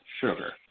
sugar